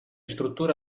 strutture